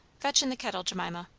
fetch in the kettle, jemima.